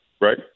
right